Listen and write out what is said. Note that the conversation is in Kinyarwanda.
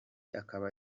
akaba